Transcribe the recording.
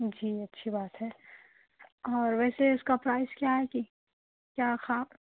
جی اچھی بات ہے اور ویسے اِس کا پرائس کیا ہے کہ کیا خاص